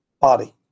body